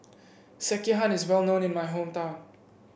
sekihan is well known in my hometown